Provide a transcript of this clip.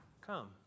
Come